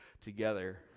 together